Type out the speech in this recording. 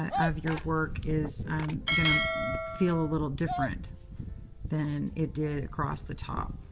of your work is going to feel a little different than it did across the top.